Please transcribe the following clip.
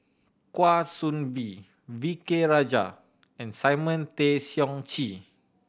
Kwa Soon Bee V K Rajah and Simon Tay Seong Chee